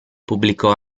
pubblicò